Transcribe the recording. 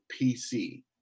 PC